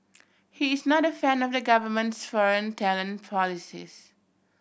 he is not a fan of the government's foreign talent policies